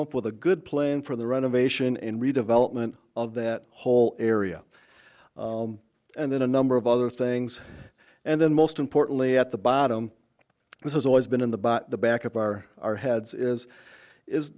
up with a good plan for the renovation and redevelopment of that whole area and then a number of other things and then most importantly at the bottom this is always been in the but the back of our our heads is is